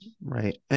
Right